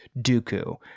Dooku